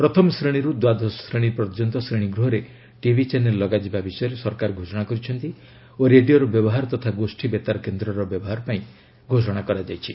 ପ୍ରଥମ ଶ୍ରେଣୀରୁ ଦ୍ୱାଦଶ ଶ୍ରେଣୀ ପର୍ଯ୍ୟନ୍ତ ଶ୍ରେଣୀଗୃହରେ ଟିଭି ଚ୍ୟାନେଲ୍ ଲଗାଯିବା ବିଷୟରେ ସରକାର ଘୋଷଣା କରିଛନ୍ତି ଓ ରେଡିଓର ବ୍ୟବହାର ତଥା ଗୋଷୀ ବେତାର କେନ୍ଦ୍ରର ବ୍ୟବହାର ପାଇଁ ଘୋଷଣା କରାଯାଇଛି